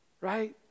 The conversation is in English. right